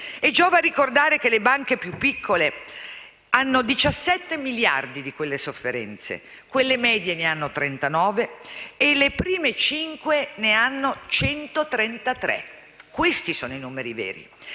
Giova ricordare che le banche più piccole hanno 17 miliardi di quelle sofferenze, quelle medie ne hanno 39 e le prime 5 ne hanno 133. Questi sono i numeri veri,